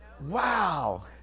wow